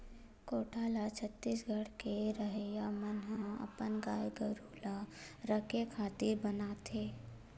कोठा ल छत्तीसगढ़ के रहवइया मन ह अपन गाय गरु ल रखे खातिर बनाथे